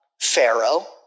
Pharaoh